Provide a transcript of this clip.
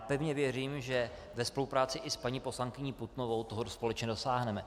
Pevně věřím, že ve spolupráci i s paní poslankyní Putnovou toho společně dosáhneme.